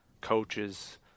coaches